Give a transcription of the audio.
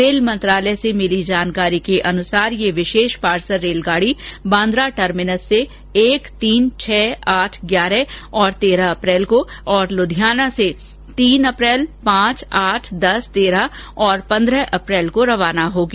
rail मंत्रालय से मिली जानकारी के अनुसार ये विशेष पार्सल रेलगाड़ी बांद्रा टर्मिनस से एक अप्रैल तीन छह आठ ग्यारह और तेरह अप्रैल को और लुधियाना से तीन अप्रैल पांच आठ दस तेरह और पंद्रह अप्रैल को रवाना होगी